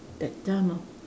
that time ah